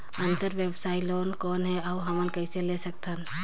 अंतरव्यवसायी लोन कौन हे? अउ हमन कइसे ले सकथन?